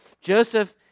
Joseph